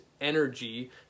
energy